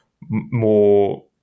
more